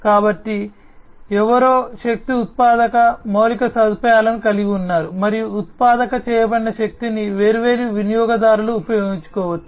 కాబట్టి ఎవరో శక్తి ఉత్పాదక మౌలిక సదుపాయాలను కలిగి ఉన్నారు మరియు ఉత్పత్తి చేయబడిన శక్తిని వేర్వేరు వినియోగదారులు ఉపయోగించుకోవచ్చు